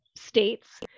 States